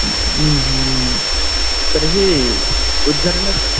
तर्हि उद्घाटन